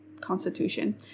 constitution